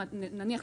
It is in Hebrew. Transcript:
נניח,